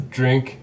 drink